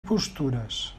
postures